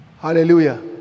hallelujah